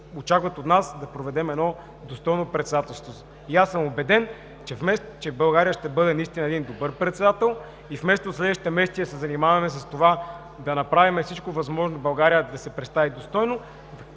очакват от нас да проведем едно достойно председателство. Аз съм убеден, че България ще бъде наистина един добър председател и вместо през следващите месеци да се занимаваме с това да направим всичко възможно България да се представи достойно,